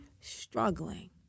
struggling